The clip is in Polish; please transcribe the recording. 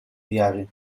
wiary